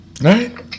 right